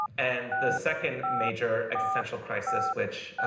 and the second major existential crisis, which